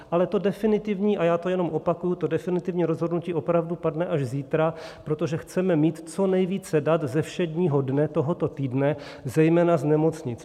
Ale to definitivní, a já to jenom opakuji, to definitivní rozhodnutí opravdu padne až zítra, protože chceme mít co nejvíce dat ze všedního dne tohoto týdne zejména z nemocnic.